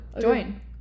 Join